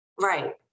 Right